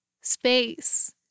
space